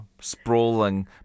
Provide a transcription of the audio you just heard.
sprawling